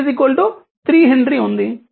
L 3 Henry ఉంది